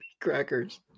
crackers